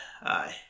aye